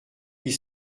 huit